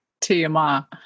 tmi